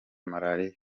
malariya